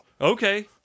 Okay